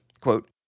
Quote